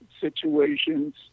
situations